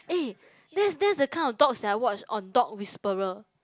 eh that's that's the kind of dog sia I watch on Dog Whisperer